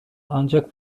ancak